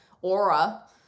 Aura